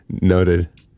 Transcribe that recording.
Noted